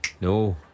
No